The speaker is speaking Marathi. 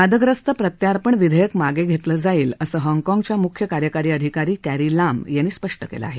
वादग्रस्त प्रर्त्यापण विधेयक मागे घेतलं जाईल असं हाँगकॉगच्या मुख्य कार्यकारी अधिकारी करी लाम यांनी स्पष्ट केलं आहे